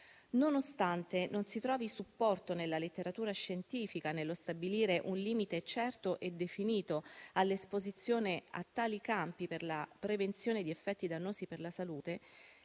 Nonostante non si trovi supporto nella letteratura scientifica nello stabilire un limite certo e definito all'esposizione a tali campi per la prevenzione di effetti dannosi per la salute,